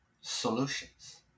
solutions